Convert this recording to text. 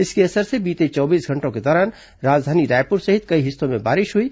इसके असर से बीते चौबीस घंटों के दौरान राजधानी रायपुर सहित कई हिस्सों में बारिश हुई